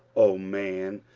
o man,